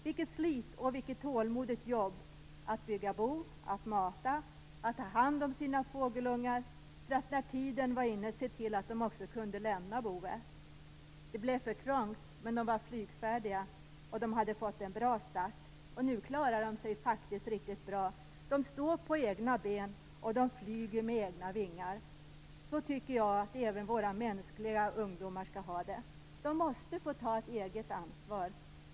Vilket slit och tålmodigt jobb den hade med att bygga bo, att mata och att ta hand om sina fågelungar för att den när tiden var inne skulle kunna se till att de också kunde lämna boet. Det blev för trångt, men de var flygfärdiga, och de hade fått en bra start. Nu klarar de sig faktiskt riktigt bra. De står på egna ben, och de flyger med egna vingar. Så tycker jag att även våra mänskliga ungdomar skall ha det. De måste få ta ett eget ansvar.